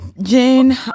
Jane